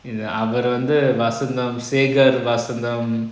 அவரு வந்து:avaru vanthu vasantham Shekar vasantham